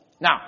Now